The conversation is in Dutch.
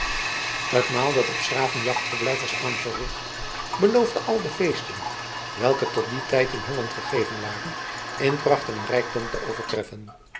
het maal dat op s graven jachtverblijf was aangericht beloofde al de feesten welke tot dien tijd in holland gegeven waren in pracht en rijkdom te overtreffen